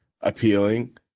appealing